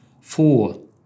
Four